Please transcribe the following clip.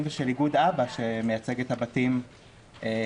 ושל איגוד א.ב.א שמייצג את הבתים לנוסח.